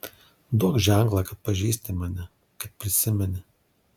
duok ženklą kad pažįsti mane kad prisimeni